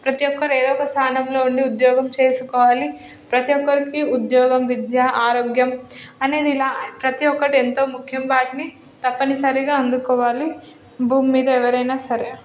ప్రతి ఒక్కరు ఏదో ఒక స్థానంలో ఉండి ఉద్యోగం చేసుకోవాలి ప్రతి ఒక్కరికి ఉద్యోగం విద్య ఆరోగ్యం అనేది ఇలా ప్రతి ఒక్కటి ఎంతో ముఖ్యం వాటిని తప్పనిసరిగా అందుకోవాలి భూమి మీద ఎవరైనా సరే